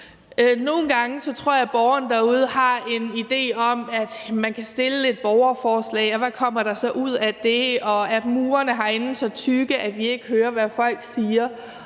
Nogle gange tror jeg, at borgerne derude har en idé om, at man kan stille et borgerforslag, og hvad kommer der så ud af det, og er murene herinde så tykke, at vi ikke hører, hvad folk siger?